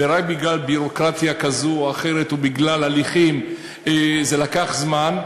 ורק בגלל ביורוקרטיה כזו או אחרת או בגלל הליכים זה לקח זמן,